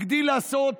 הגדיל לעשות